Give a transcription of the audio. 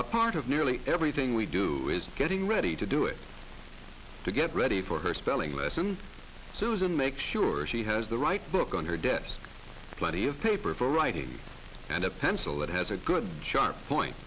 a part of nearly everything we do is getting ready to do it to get ready for her spelling lesson susan make sure she has the right book on her desk plenty of paper for writing and a pencil that has a good sharp point